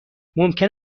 ممکن